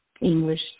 English